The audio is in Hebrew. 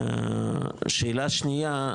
השאלה השנייה,